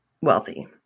wealthy